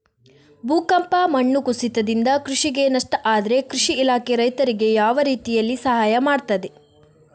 ಭೂಕಂಪ, ಮಣ್ಣು ಕುಸಿತದಿಂದ ಕೃಷಿಗೆ ನಷ್ಟ ಆದ್ರೆ ಕೃಷಿ ಇಲಾಖೆ ರೈತರಿಗೆ ಯಾವ ರೀತಿಯಲ್ಲಿ ಸಹಾಯ ಮಾಡ್ತದೆ?